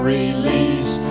release